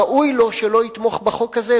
ראוי לו שלא יתמוך בחוק הזה,